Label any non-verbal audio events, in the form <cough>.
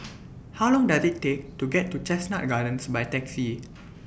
<noise> How Long Does IT Take to get to Chestnut Gardens By Taxi <noise>